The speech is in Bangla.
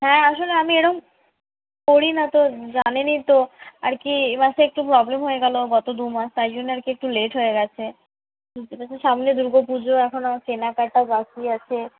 হ্যাঁ আসলে আমি এরকম করি না তো জানেনই তো আর কি এ মাসে একটু প্রবলেম হয়ে গেলো গত দু মাস তাই জন্য আর কি একটু লেট হয়ে গেছে সামনে দুর্গাপূজো এখনও কেনাকাটি বাকি আছে